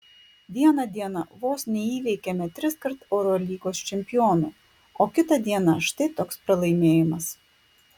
vieną dieną vos neįveikėme triskart eurolygos čempionų o kitą dieną štai toks pralaimėjimas